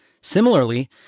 Similarly